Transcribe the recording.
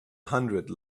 hundred